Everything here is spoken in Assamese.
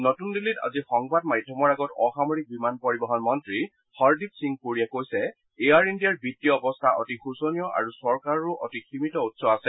নতুন দিল্লীত আজি সংবাদ মাধ্যমৰ আগত অসামৰিক বিমান পৰিবহন মন্ত্ৰী হৰদীপ সিং পুৰীয়ে কৈছে এয়াৰ ইণ্ডিয়াৰ বিত্তীয় অৱস্থা অতি শোচনীয় আৰু চৰকাৰৰো অতি সীমিত উৎস আছে